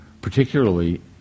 particularly